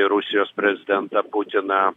į rusijos prezidentą putiną